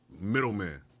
Middleman